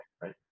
Right